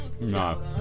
No